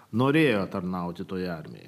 norėjo tarnauti toje armijoje